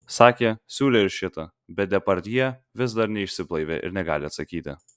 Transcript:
sakė siūlė ir šitą bet depardjė vis dar neišsiblaivė ir negali atsakyti